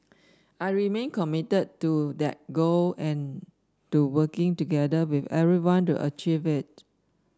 I remain committed to that goal and to working together with everyone to achieve it